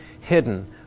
Hidden